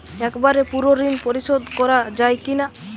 একবারে পুরো ঋণ পরিশোধ করা যায় কি না?